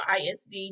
ISD